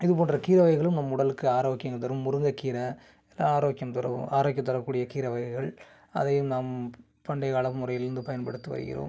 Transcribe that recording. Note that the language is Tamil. இது போன்ற கீரை வகைகளும் நம் உடலுக்கு ஆரோக்கியங்கள் தரும் முருங்கைக்கீரை எல்லாம் ஆரோக்கியம் தரும் ஆரோக்கியம் தரக்கூடிய கீரை வகைகள் அதையும் நாம் பண்டையக்கால முறையிலேருந்து பயன்படுத்து வருகிறோம்